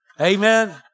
Amen